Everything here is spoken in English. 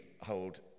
hold